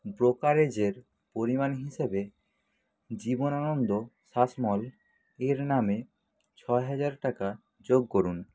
ব্রোকারেজের পরিমাণ হিসেবে জীবনানন্দ শাসমল এর নামে ছ হাজার টাকা যোগ করুন